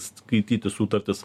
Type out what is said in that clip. skaityti sutartis